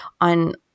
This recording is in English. on